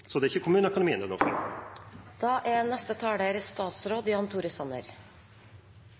Så det er ikke kommuneøkonomien det